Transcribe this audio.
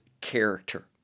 character